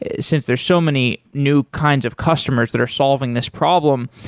ah since there's so many new kinds of customers that are solving this problem,